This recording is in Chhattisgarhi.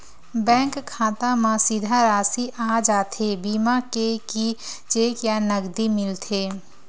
बैंक खाता मा सीधा राशि आ जाथे बीमा के कि चेक या नकदी मिलथे?